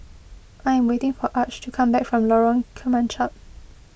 I am waiting for Arch to come back from Lorong Kemunchup